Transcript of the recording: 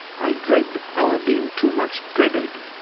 i dread our being too much dreaded.